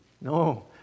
No